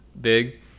big